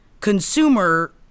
consumer